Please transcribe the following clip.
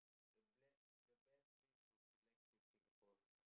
the ble~ the best place to chillax in Singapore